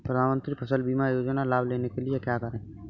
प्रधानमंत्री फसल बीमा योजना का लाभ लेने के लिए क्या करें?